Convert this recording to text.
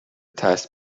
test